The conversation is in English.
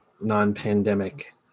non-pandemic